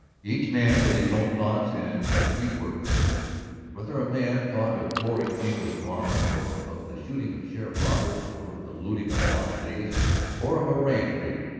each man with his own thoughts and with few words. but whether a man thought of florrie engle gone or of the shooting of sheriff roberts or of the looting of las vegas or of a ranch raided,